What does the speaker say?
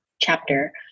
chapter